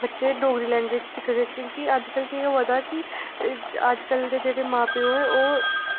बच्चें ई डोगरी लैंग्वेज़ सिखदे की के अजकल केह् होआ दा कि अजकल दे जेह्ड़े मां प्यो ओह्